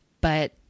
But-